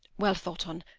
well thought on.